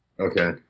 Okay